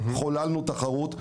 חוללנו תחרות,